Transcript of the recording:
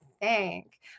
thank